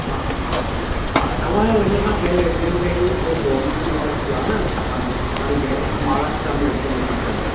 हा हा तव्हां जो हिन खां पहिरियों इंडियन बैंक में कोई लोन त न वरितल आहे न छाकाण त तव्हां हाणे बैंक ऑफ महाराष्ट्रा में अचण था चाहियो